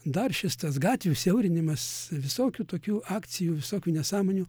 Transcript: dar šis tas gatvių siaurinimas visokių tokių akcijų visokių nesąmonių